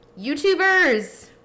YouTubers